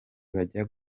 bajya